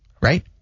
right